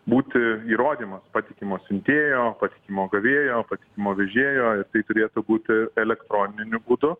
būti įrodymas patikimo siuntėjo patikimo gavėjo patikimo vežėjo ir tai turėtų būti elektroniniu būdu